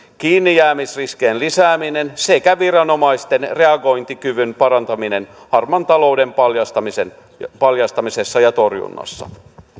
kiinnijäämisriskien lisääminen sekä viranomaisten reagointikyvyn parantaminen harmaan talouden paljastamisessa ja paljastamisessa ja torjunnassa